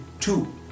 two